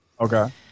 Okay